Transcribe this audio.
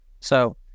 So-